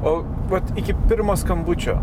o vat iki pirmo skambučio